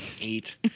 Eight